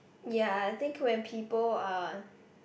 ya I think when people are